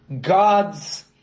God's